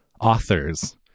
authors